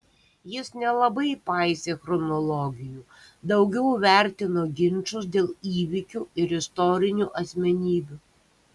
jis nelabai paisė chronologijų daugiau vertino ginčus dėl įvykių ir istorinių asmenybių